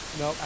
no